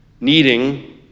needing